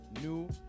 new